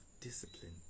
discipline